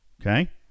okay